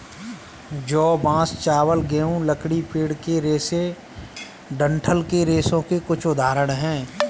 जौ, बांस, चावल, गेहूं, लकड़ी, पेड़ के रेशे डंठल के रेशों के कुछ उदाहरण हैं